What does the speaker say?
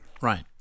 Right